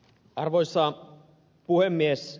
arvoisa puhemies